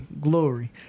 Glory